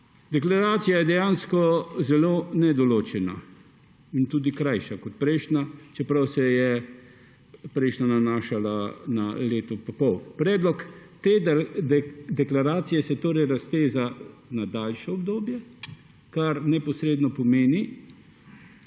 Deklaracija je dejansko zelo nedoločena in tudi krajša kot prejšnja, čeprav se je prejšnja nanašala na leto in pol. Predlog te deklaracije se torej razteza na daljše obdobje, kar neposredno pomeni,